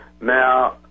Now